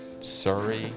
Surrey